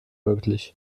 möglich